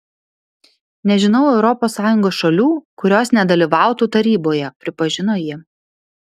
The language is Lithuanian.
nežinau europos sąjungos šalių kurios nedalyvautų taryboje pripažino ji